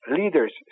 leaders